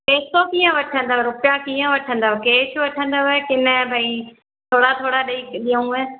पैसो कीअं वठंदव रुपया कीअं वठंदव कैश वठंदव की न भई थोरा थोरा ॾई ॾयूंव